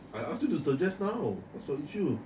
I ask you to suggest now what's your issue